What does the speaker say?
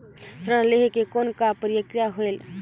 ऋण लहे के कौन का प्रक्रिया होयल?